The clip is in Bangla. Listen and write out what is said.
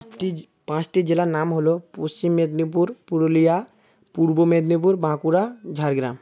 পাঁচটি জে পাঁচটি জেলার নাম হল পশ্চিম মেদনীপুর পুরুলিয়া পূর্ব মেদিনীপুর বাঁকুড়া ঝাড়গ্রাম